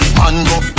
mango